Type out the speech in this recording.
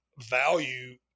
value